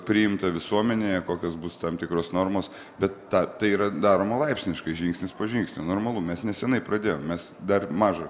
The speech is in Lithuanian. priimta visuomenėje kokios bus tam tikros normos bet ta tai yra daroma laipsniškai žingsnis po žingsnio normalu mes nesenai pradėjom mes dar maža ir